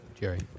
Jerry